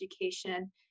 education